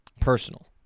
Personal